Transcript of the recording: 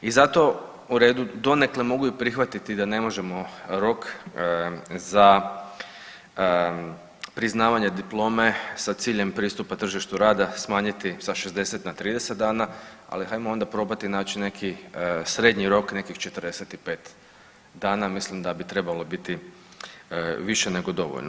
I zato u redu donekle mogu i prihvatiti da ne možemo rok za priznavanje diplome sa ciljem pristupa tržištu rada smanjiti sa 60 na 30 dana, ali hajmo onda probati naći neki srednji rok, nekih 45 dana, mislim da bi trebalo biti više nego dovoljno.